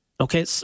okay